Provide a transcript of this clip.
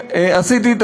עמיתי חברי הכנסת,